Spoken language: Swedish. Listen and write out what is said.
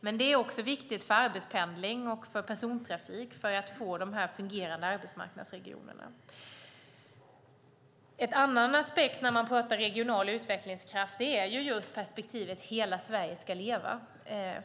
Men det är också viktigt för arbetspendling och för persontrafik för att få fungerande arbetsmarknadsregioner. En annan aspekt av regional utvecklingskraft är perspektivet Hela Sverige ska leva.